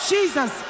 Jesus